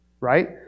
right